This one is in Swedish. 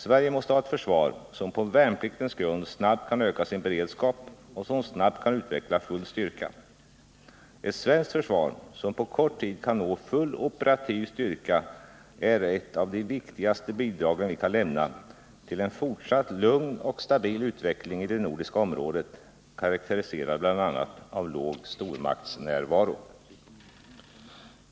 Sverige måste ha ett försvar som på värnpliktens grund snabbt kan öka sin beredskap och som snabbt kan utveckla full styrka. Ett svenskt försvar som på kort tid kan nå full operativ styrka är ett av de viktigaste bidragen vi kan lämna till en fortsatt lugn och stabil utveckling i det nordiska området, karakteriserad av bl.a. låg stormaktsnärvaro.